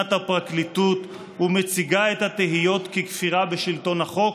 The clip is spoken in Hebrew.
להגנת הפרקליטות ומציגה את התהיות ככפירה בשלטון החוק.